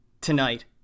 tonight